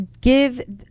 give